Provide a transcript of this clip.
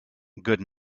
good